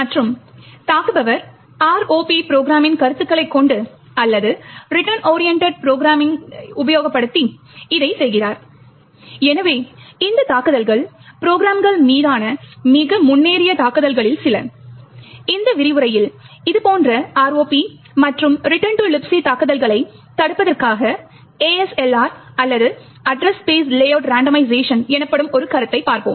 மற்றும் தாக்குபவர் ROP ப்ரொக்ராமின் கருத்துக்களை கொண்டு அல்லது ரிட்டர்ன் ஓரியண்டட் ப்ரொக்ராம் கை உபயோகப்படுத்தி இதை செய்கிறார் எனவே இந்த தாக்குதல்கள் ப்ரொக்ராம்கள் மீதான மிக முன்னேறிய தாக்குதல்களில் சில இந்த விரிவுரையில் இதுபோன்ற ROP மற்றும் Reurn to Libc தாக்குதல்களை தடுப்பதற்க்காக ASLR அல்லது அட்ரஸ் ஸ்பெஸ் லேஅவுட் ரண்டமைசேஷன் எனப்படும் ஒரு கருத்தைப் பார்ப்போம்